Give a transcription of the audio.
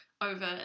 over